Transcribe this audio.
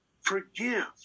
Forgive